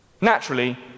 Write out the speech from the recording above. Naturally